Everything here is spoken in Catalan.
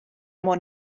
món